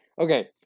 okay